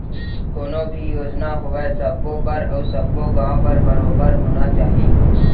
कोनो भी योजना होवय सबो बर अउ सब्बो गॉंव बर बरोबर होना चाही